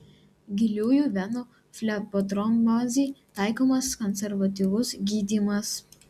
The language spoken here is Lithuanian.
giliųjų venų flebotrombozei taikomas konservatyvus gydymas